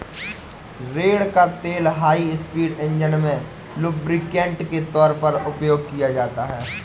रेड़ का तेल high speed engine में लुब्रिकेंट के तौर पर उपयोग किया जाता है